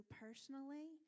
personally